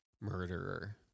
murderer